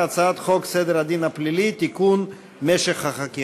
ההצעה קיבלה פטור מחובת הנחה.